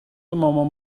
مامان